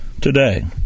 today